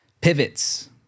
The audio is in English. pivots